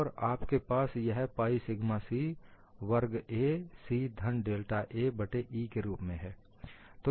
और आपके पास यह पाइ सिग्मा c वर्ग a c धन डेल्टा a बट्टे E के रूप में है